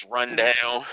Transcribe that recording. Rundown